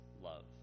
love